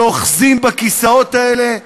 ואוחזים בכיסאות האלה,